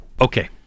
okay